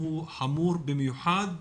הוא חמור במיוחד,